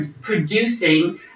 producing